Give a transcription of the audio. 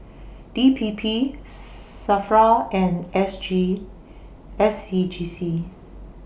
D P P SAFRA and S G S C G C